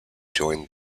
joined